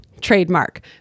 trademark